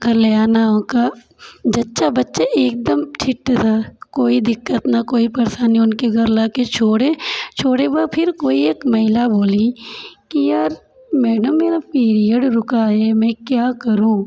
घर ले आना होगा जच्चा बच्चा एकदम फिट था कोई दिक्कत ना कोई परेशानी उनके घर लाके छोड़े छोड़े के बाद फिर कोई एक महिला बोली कि यार मैडम मेरा पीरियड रुका है मैं क्या करूँ